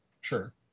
sure